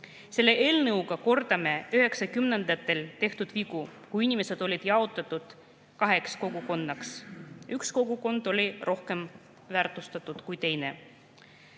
Selle eelnõuga kordame 1990‑ndatel tehtud vigu, kui inimesed olid jaotatud kaheks kogukonnaks, üks kogukond oli rohkem väärtustatud kui teine.